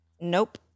Nope